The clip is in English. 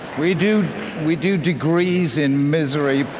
we do we do degrees in misery,